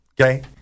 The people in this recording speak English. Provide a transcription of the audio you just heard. Okay